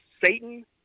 Satan